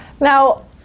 Now